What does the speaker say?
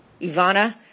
Ivana